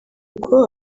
ubwo